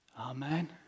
Amen